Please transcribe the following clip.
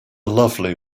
lovely